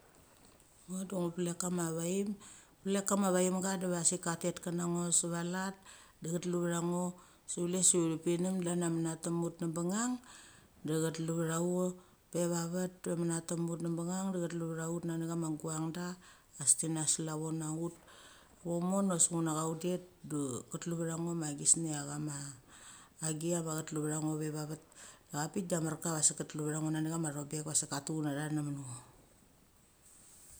Ngo da ngu plek kama vachim plek kama vachimga diva sik ka tet ken na ngo seva lat, de chelu va ngo, se chule su unipinem de chlan ia menatem ut nebangnang, de thet tiu va ut pe vat ut pe vat pe menaten ut nebengang, de chetlu va nani chama guang da asik tina slavo na ut. Mo mo da sik una cha udet de ket lu va ngo ma gisnia chama agia ma chetlu va ngo ve vat. Avik da amar ka da sik ketlu va ngo nani chama thopek va sik ka thuchuna tha nemet ngo.